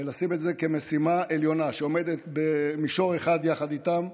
לשים את זה כמשימה עליונה שעומדת במישור אחד יחד איתם.